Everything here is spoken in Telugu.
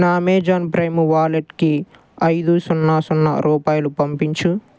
నా అమెజాన్ ప్రైమ్ వాలెట్కి ఐదు సున్నా సున్నా రూపాయలు పంపించు